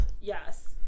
yes